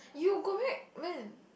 you go back when